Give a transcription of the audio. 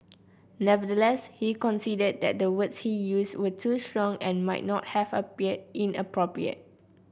nevertheless he conceded that the words he used were too strong and might not have appeared inappropriate